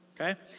okay